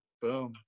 Boom